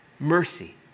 Mercy